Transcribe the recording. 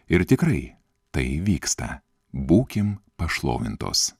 ir tikrai tai vyksta būkim pašlovintos